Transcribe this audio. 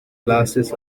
glasses